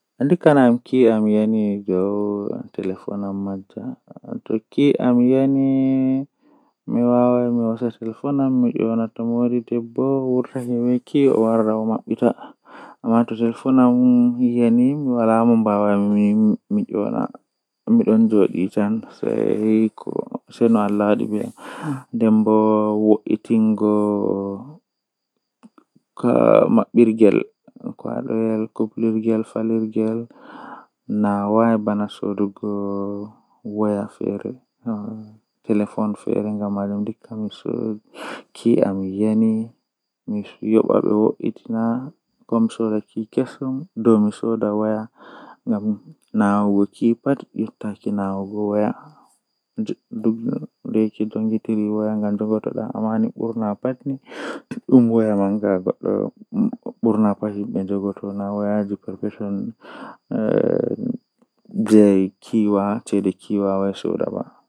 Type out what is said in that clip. Nomi wadirta cake kam arandeere mi heban flawa mi wada kala ko handi fuu haander mi lawa milaawa flawa man mi acca dum uppa to uppi mi wada kala ko mi mari haaje fuu haander nden mi wada dum haa nder hiite malla oven mi acca dum uppa masin sei to warti no mi mari haaje nden mi itta.